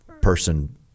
person